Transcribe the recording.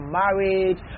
marriage